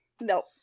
Nope